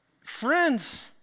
Friends